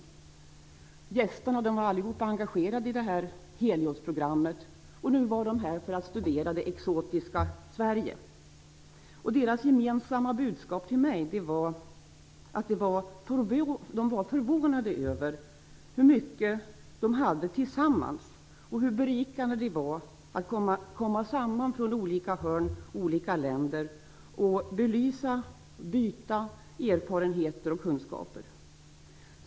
Alla gästerna var engagerade i detta program, och de var nu här för att studera det exotiska Sverige. Deras gemensamma budskap till mig var att de var förvånade över hur mycket de hade tillsammans, och hur berikande det var att komma samman ifrån olika länder i olika hörn av världen och belysa problem och byta erfarenheter och kunskaper.